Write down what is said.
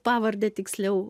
pavardę tiksliau